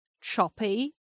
choppy